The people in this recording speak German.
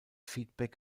feedback